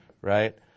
right